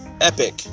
epic